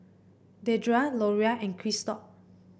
Dedra Loria and Christop